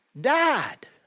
died